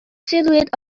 silhouette